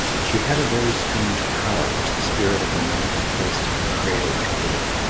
she had a very strange power which the spirit of the night had placed in her cradle at her birth.